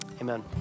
Amen